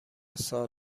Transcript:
سال